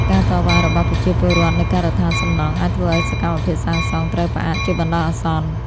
ការតវ៉ារបស់ប្រជាពលរដ្ឋនៅការដ្ឋានសំណង់ អាចធ្វើឱ្យសកម្មភាពសាងសង់ត្រូវផ្អាកជាបណ្ដោះអាសន្ន។